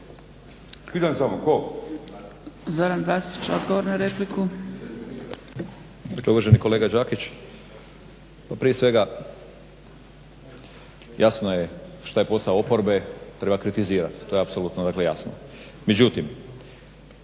Dakle uvaženi kolega Đakić, prije svega jasno je šta je posao oporbe, treba kritizirati. To je apsolutno dakle